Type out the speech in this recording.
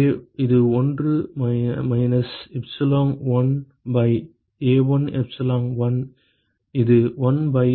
எனவே இது 1 minus epsilon 1 by A1 epsilon 1 இது 1 பை